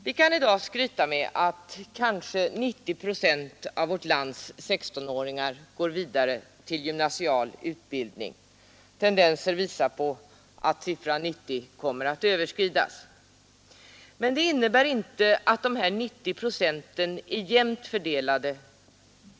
Vi kan skryta med att Onsdagen den kanske 90 procent av dagens 16-åringar går vidare till gymnasial 6 december 1972 utbildning, och tendensen pekar mot att det procenttalet kommer att TO vISTSANN överskridas. Men dessa 90 procent är inte geografiskt jämnt fördelade.